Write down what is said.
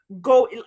go